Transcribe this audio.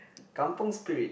kampung Spirit